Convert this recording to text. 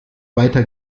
weiter